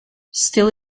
still